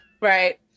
Right